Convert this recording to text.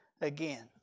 again